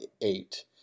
eight